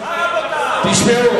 תשמעו,